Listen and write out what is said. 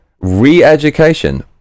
re-education